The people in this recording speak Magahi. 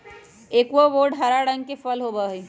एवोकाडो हरा रंग के फल होबा हई